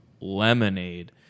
lemonade